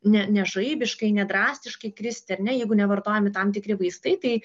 ne ne žaibiškai ne drastiškai kristi ar ne jeigu nevartojami tam tikri vaistai tai